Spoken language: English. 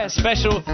special